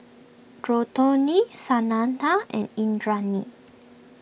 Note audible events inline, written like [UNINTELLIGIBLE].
[UNINTELLIGIBLE] Santha and Indranee